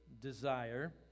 desire